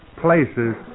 places